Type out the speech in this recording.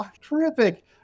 terrific